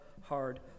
hard